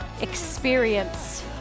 Experience